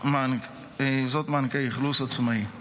מענקי אכלוס עצמאי,